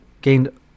gained